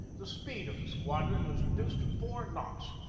the speed of the squadron was reduced to four knots,